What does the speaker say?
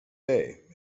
day